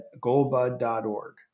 goldbud.org